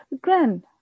grand